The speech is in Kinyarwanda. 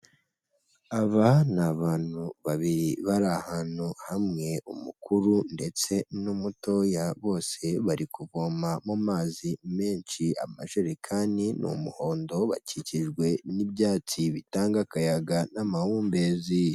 Aba ni abantu bari ahantu hamwe umukuru ndetse n'umutoya bose bari kuvoma mu mazi menshi amajerekani n'umuhondo bakikijwe n'ibyatsi bitanga akayaga n'amahumbezi.